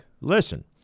Listen